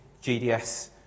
GDS